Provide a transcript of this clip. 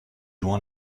loin